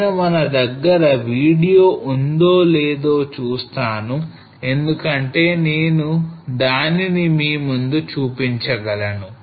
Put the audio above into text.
నేను మన దగ్గర వీడియో ఉందో లేదో చూస్తాను ఎందుకంటే నేను దానిని మీ ముందు చూపించగలను